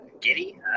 giddy